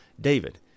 David